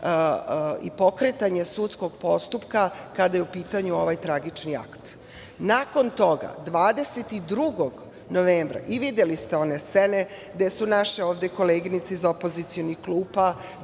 i pokretanje sudskog postupka kada je u pitanju ovaj tragični akt. Nakon toga, 22. novembra, videli ste one scene gde su naše ovde koleginice iz opozicionih klupa